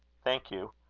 thank you.